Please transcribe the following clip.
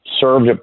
Served